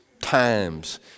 times